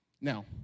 Now